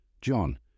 John